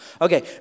Okay